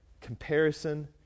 comparison